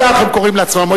כך הם קוראים לעצמם.